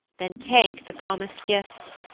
then take the promis'd gifts,